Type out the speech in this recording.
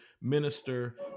minister